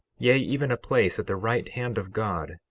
yea, even a place at the right hand of god,